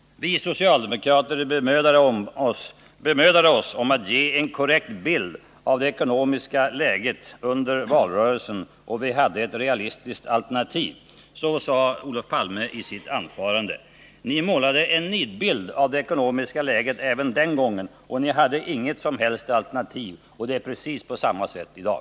Vi socialdemokrater bemödade oss om att ge en korrekt bild av det ekonomiska läget under valrörelsen, och vi hade ett realistiskt alternativ, sade Olof Palme i sitt anförande. Även den gången målade ni en nidbild av det ekonomiska läget, och ni hade inget som helst alternativ. Det är precis på samma sätt i dag.